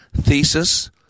Thesis